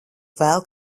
vēl